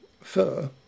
fur